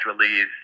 release